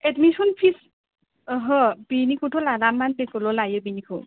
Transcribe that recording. admission fees अहो बिनिखौथ' लाला मन्थलि खौल' लायो बेनिखौ